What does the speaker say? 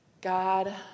God